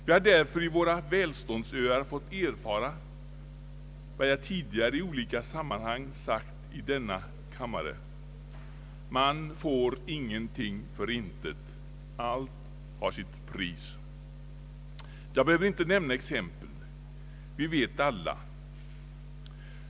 Vi har därtill i våra välståndsöar fått erfara vad jag tidigare i olika sammanhang sagt i denna kammare: Man får ingenting för intet, allt har sitt pris. Jag behöver inte nämna exempel; vi vet det alla.